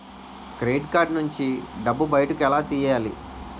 Credit card నుంచి డబ్బు బయటకు ఎలా తెయ్యలి?